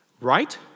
Right